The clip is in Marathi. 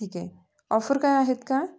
ठीक आहे ऑफर काही आहेत का